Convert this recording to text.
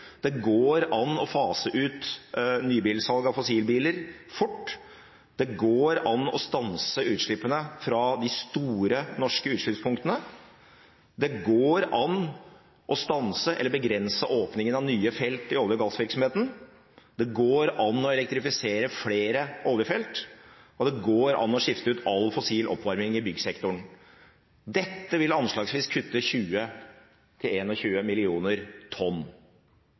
det går an å fase ut nybilsalg av fossilbiler fort, det går an å stanse utslippene fra de store norske utslippspunktene, det går an å stanse eller begrense åpningen av nye felt i olje- og gassvirksomheten, det går an å elektrifisere flere oljefelt, og det går an å skifte ut all fossil oppvarming i byggsektoren. Dette vil anslagsvis kutte 20–21 millioner tonn.